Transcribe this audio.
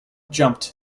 jumped